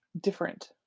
different